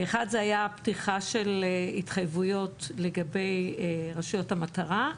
אחד היה פתיחה של התחייבויות לגבי רשויות המטרה,